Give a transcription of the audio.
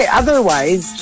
otherwise